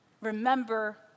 Remember